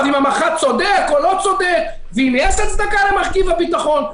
אם המח"ט צודק או לא צודק ואם יש הצדקה למרכיב הביטחון.